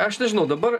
aš nežinau dabar